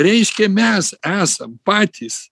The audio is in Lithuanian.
reiškia mes esam patys